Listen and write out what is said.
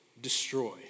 destroy